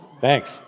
Thanks